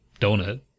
donut